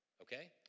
Okay